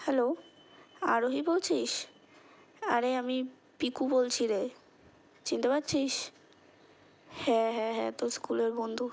hello Arohi বলছিস আরে আমি পিকু বলছি রে চিনতে পারছিস হ্যাঁ হ্যাঁ হ্যাঁ তোর স্কুলের বন্ধু